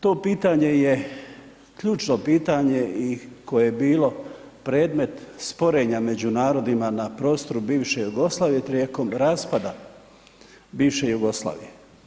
To je pitanje je ključno pitanje i koje je bilo predmet sporenja među narodima na prostoru bivše Jugoslavije tijekom raspada bivše Jugoslavije.